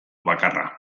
bakarra